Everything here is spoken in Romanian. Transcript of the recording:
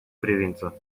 privință